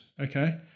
Okay